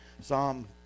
Psalm